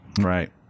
Right